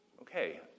Okay